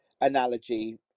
analogy